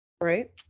Right